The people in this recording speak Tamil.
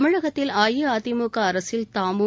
தமிழகத்தில் அஇஅதிமுக அரசில் தாமும்